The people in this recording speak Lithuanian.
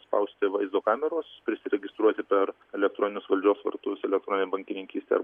spausti vaizdo kameros prisiregistruoti per elektroninius valdžios vartus elektroninė bankininkystė